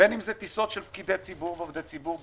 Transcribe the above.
בין אם טיסות של פקידי ציבור ועובדי ציבור,